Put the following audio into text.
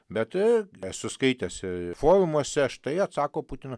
bet esu skaitęs ir forumuose štai atsako putinui